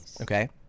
Okay